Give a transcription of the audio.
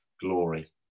glory